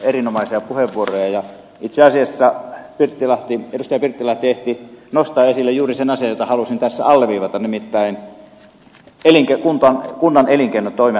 erinomaisia puheenvuoroja ja itse asiassa edustaja pirttilahti ehti nostaa esille juuri sen asian jota halusin tässä alleviivata nimittäin kunnan elinkeinotoimen